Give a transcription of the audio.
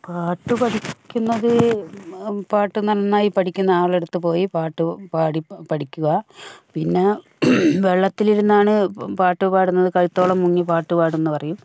പാട്ട് പഠിക്കുന്നത് പാട്ട് നന്നായി പഠിക്കുന്ന ആളുടെ അടുത്ത് പോയി പാട്ട് പാടി പഠിക്കുക പിന്നെ വെള്ളത്തിലിരുന്നാണ് പാട്ട് പാടുന്നത് കഴുത്തോളം മുങ്ങി പാട്ട് പാടും എന്നു പറയും